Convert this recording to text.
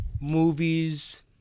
movies